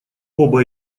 оба